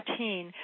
2014